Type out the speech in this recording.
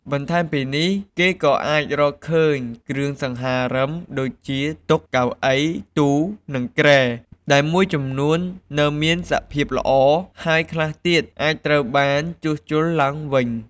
បន្ថែមពីនេះ គេក៏អាចរកឃើញ គ្រឿងសង្ហារិម ដូចជាតុ កៅអី ទូ និងគ្រែ ដែលមួយចំនួននៅមានសភាពល្អ ហើយខ្លះទៀតអាចត្រូវបានជួសជុលឡើងវិញ។